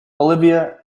olivia